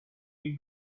will